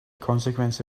consequence